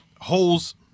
holes